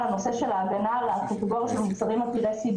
לנושא של ההגנה על מוצרי CBD,